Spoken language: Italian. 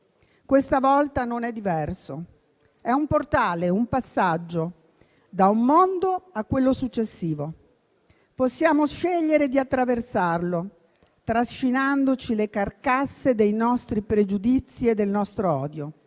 Questa volta non è diverso. È un portale, un passaggio da un mondo a quello successivo. Possiamo scegliere di attraversarlo, trascinandoci le carcasse dei nostri pregiudizi e del nostro odio,